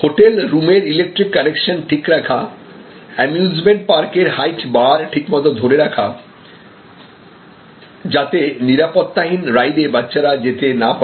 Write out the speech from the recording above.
hotel রুমের electric connection ঠিক রাখা অ্যামিউজমেন্ট পার্কের হাইট বার ঠিক মতো রাখা যাতে নিরাপত্তাহীন রাইডে বাচ্চারা যেতে না পারে